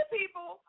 people